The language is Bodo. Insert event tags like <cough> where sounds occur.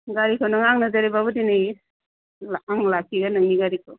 गारिखौ नोङो आंनो जेरैबाबो दिनै <unintelligible> आं लाखिगोन नोंनि गारिखौ